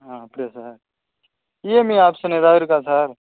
ஆ அப்படியா sir EMI option எதாவது இருக்கா சார்